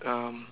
um